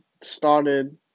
started